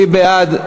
מי בעד?